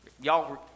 Y'all